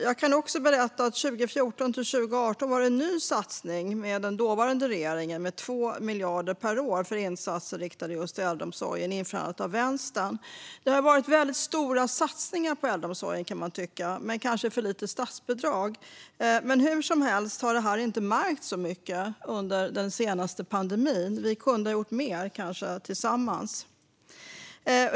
Jag kan också berätta att 2014-2018 var det en ny satsning av den dåvarande regeringen med 2 miljarder per år för insatser riktade just till äldreomsorgen, med stöd av Vänstern. Det har varit stora satsningar på äldreomsorgen, men kanske för lite statsbidrag. Hur som helst har det inte märkts så mycket under den senaste pandemin. Vi kunde kanske ha gjort mer tillsammans.